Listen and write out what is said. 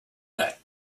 that